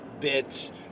bits